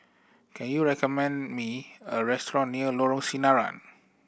can you recommend me a restaurant near Lorong Sinaran